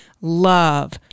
love